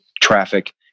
traffic